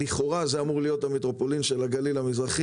לכאורה זה אמור להיות המטרופולין של הגליל המזרחי